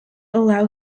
allow